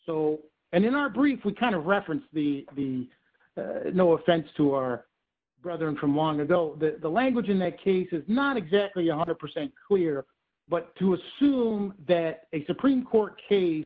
so and in our brief we kind of reference the the no offense to our brother and from long ago the language in that case is not exactly a one hundred percent clear but to assume that a supreme court case